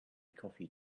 coffee